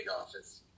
office